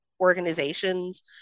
organizations